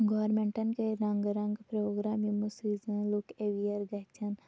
گورمٮ۪نٛٹَن کٔر رَنٛگہٕ رَنٛگہٕ پرٛوگرام یِمو سۭتۍ زَنہٕ لُکھ اٮ۪ویر گژھن